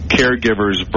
caregivers